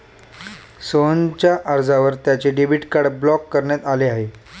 सोहनच्या अर्जावर त्याचे डेबिट कार्ड ब्लॉक करण्यात आले आहे